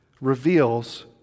reveals